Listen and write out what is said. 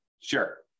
Sure